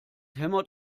hämmert